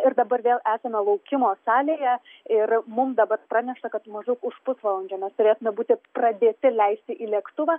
ir dabar vėl esame laukimo salėje ir mums dabar praneša kad maždaug už pusvalandžio mes turėtumėme būti pradėti leisti į lėktuvą